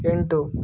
ಎಂಟು